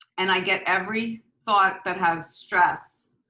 and i get every thought that has stress.